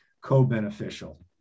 co-beneficial